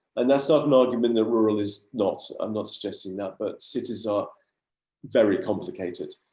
and that's not an argument. the rural is not. i'm not suggesting that. but cities are very complicated